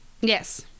Yes